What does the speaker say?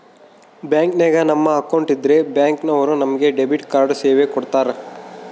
ಬ್ಯಾಂಕಿನಾಗ ನಮ್ಮ ಅಕೌಂಟ್ ಇದ್ರೆ ಬ್ಯಾಂಕ್ ನವರು ನಮಗೆ ಡೆಬಿಟ್ ಕಾರ್ಡ್ ಸೇವೆ ಕೊಡ್ತರ